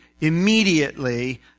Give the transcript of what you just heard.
Immediately